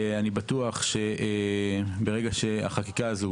אני בטוח שברגע שהחקיקה הזו,